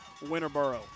Winterboro